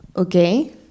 Okay